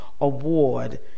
Award